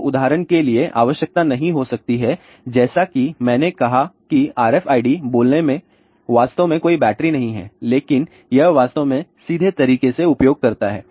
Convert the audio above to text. तो उदाहरण के लिए आवश्यकता नहीं हो सकती है जैसा कि मैंने कहा कि RFID बोलने में वास्तव में कोई बैटरी नहीं है लेकिन यह वास्तव में सीधे तरीके से उपयोग करता है